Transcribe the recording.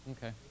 Okay